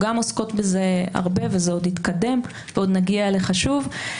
בהם אנחנו עוסקות הרבה עוד יתקדמו ונגיע אליך שוב.